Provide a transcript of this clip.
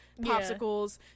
popsicles